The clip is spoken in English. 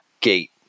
gate